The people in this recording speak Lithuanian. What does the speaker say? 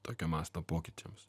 tokio masto pokyčiams